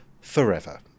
forever